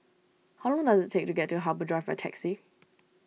how long does it take to get to Harbour Drive by taxi